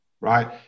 right